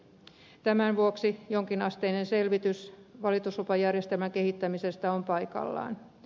tämän vuoksi jonkin asteinen selvitys valituslupajärjestelmän kehittämisestä on paikallaan